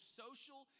social